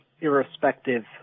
Irrespective